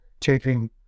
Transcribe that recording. changing